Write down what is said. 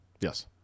Yes